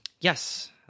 Yes